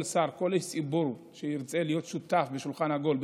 כל שר וכל איש ציבור שירצה להיות שותף בשולחן עגול,